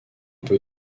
peut